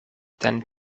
ten